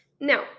Now